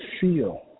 feel